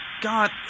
God